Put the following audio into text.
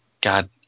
God